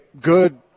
good